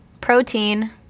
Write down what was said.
protein